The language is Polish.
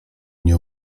nie